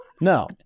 No